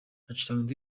hacurangwa